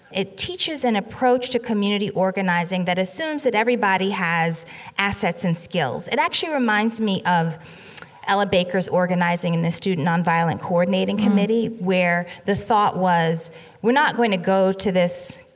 it teaches an approach to community organizing that assumes that everybody has assets and skills. it actually reminds me of ella baker's organizing in the student nonviolent coordinating committee, where the thought was we're not going to go to this,